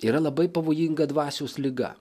yra labai pavojinga dvasios liga